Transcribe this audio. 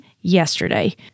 yesterday